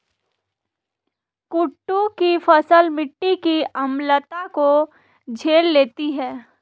कुट्टू की फसल मिट्टी की अम्लता को झेल लेती है